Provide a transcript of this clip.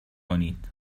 کنید